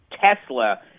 Tesla